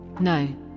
No